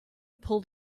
pulled